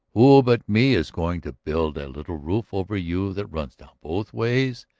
who but me is going to build a little roof over you that runs down both ways,